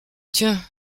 tiens